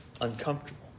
uncomfortable